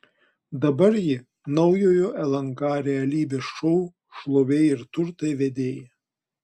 dabar ji naujojo lnk realybės šou šlovė ir turtai vedėja